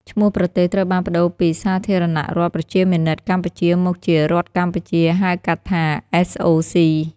ឈ្មោះប្រទេសត្រូវបានប្តូរពី "សាធារណរដ្ឋប្រជាមានិតកម្ពុជា" មកជា "រដ្ឋកម្ពុជា" ហៅកាត់ថា SOC។